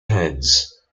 hands